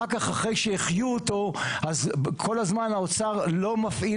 אחר כך אחרי שהחיו אותו כל הזמן האוצר לא מפעיל